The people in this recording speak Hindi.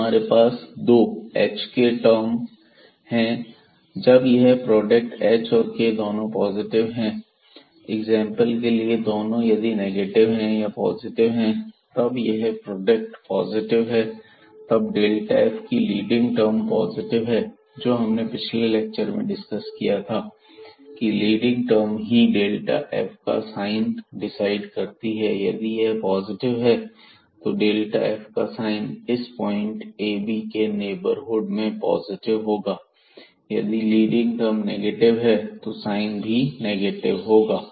तो हमारे पास दो hk टर्म हैं जब यह प्रोडक्ट h और k का दोनों पॉजिटिव हैं एग्जांपल के लिए दोनों यदि नेगेटिव हैं या पॉजिटिव हैं तब यह प्रोडक्ट पॉजिटिव है तब f की लीडिंग टर्म पॉजिटिव हैं जो हमने पिछले लेक्चर में डिस्कस किया था की लीडिंग टर्म ही f का साइन डिसाइड करती हैं यदि यह पॉजिटिव है तो f का साइन इस पॉइंट ab के नेबरहुड में पॉजिटिव होगा यदि लीडिंग टर्म नेगेटिव है तो साइन भी नेगेटिव होगा